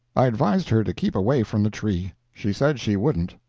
i advised her to keep away from the tree. she said she wouldn't.